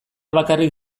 bakarrik